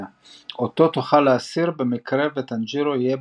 אותו תוכל להסיר במקרה וטאנג'ירו יהיה